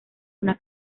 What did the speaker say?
una